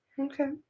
Okay